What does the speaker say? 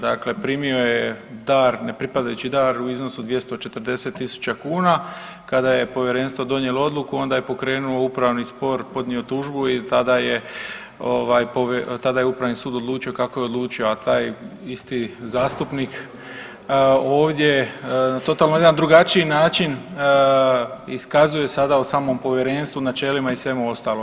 Dakle, primio je dar, ne pripadajući dar u iznosu 240.000 kuna, kada je povjerenstvo donijelo odluku onda je pokrenuo upravni spor, podnio tužbu i tada je ovaj tada je Upravni sud odlučio kako je odlučio, a taj isti zastupnik ovdje totalno na jedan drugačiji način iskazuje sada o samom povjerenstvu, načelima i svemu ostalom.